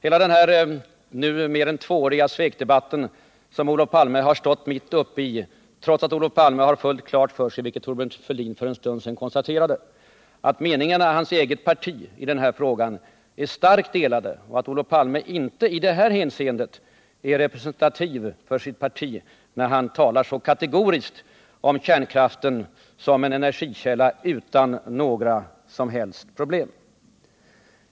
I mer än två år har nu Palme stått mitt uppe i den här svekdebatten, trots att Olof Palme har fullt klart för sig — vilket Thorbjörn Fälldin för en stund sedan konstaterade — att meningarna i hans eget parti i denna fråga är starkt delade och att han inte är representativ för sitt parti när han talar så kategoriskt om kärnkraften som en energikälla utan några som helst problem.